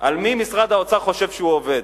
על מי משרד האוצר חושב שהוא עובד?